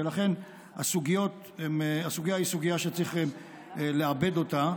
ולכן הסוגיה היא סוגיה שצריך לעבד אותה.